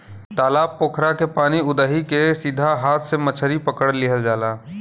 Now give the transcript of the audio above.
तालाब पोखरा के पानी उदही के सीधा हाथ से मछरी पकड़ लिहल जाला